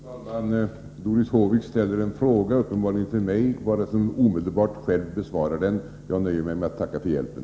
Fru talman! Doris Håvik ställde en fråga, uppenbarligen till mig, varefter hon omedelbart själv besvarade den. Jag nöjer mig med att tacka för hjälpen.